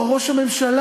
או ראש הממשלה,